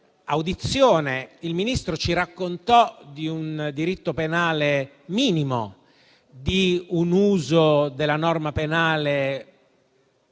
quell'audizione; il Ministro ci raccontò di un diritto penale minimo, di un uso della norma penale